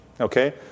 Okay